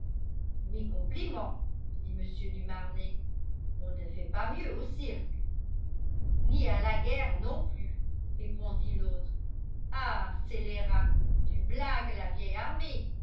mes compliments dit mr du marnet on ne fait pas mieux au cirque ni à la guerre non plus répondit l'autre ah scélérat tu blagues la vieille armée